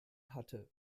hatte